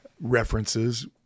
references